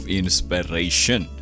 inspiration